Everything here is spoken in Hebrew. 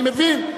אני מבין,